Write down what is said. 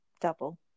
double